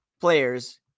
players